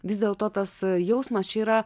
vis dėlto tas jausmas čia yra